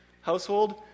household